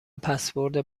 پسورد